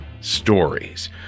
Stories